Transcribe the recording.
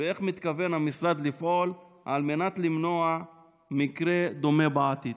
3. איך מתכוון המשרד לפעול על מנת למנוע מקרה דומה בעתיד?